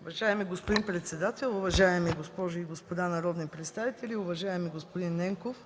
Уважаеми господин председател, уважаеми госпожи и господа народни представители! Уважаеми господин Ненков,